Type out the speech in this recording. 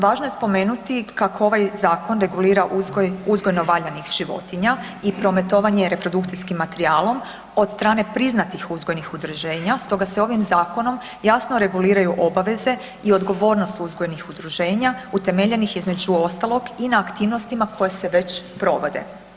Važno je spomenuti kako ovaj zakon regulira uzgojno valjanih životinja i prometovanje reprodukcijskim materijalom od strane priznatih uzgojnih udruženja, stoga se ovim zakonom jasno reguliraju obaveze i odgovornost uzgojnih udruženja utemeljenih, između ostalog i na aktivnostima koje se već provode.